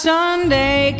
Sunday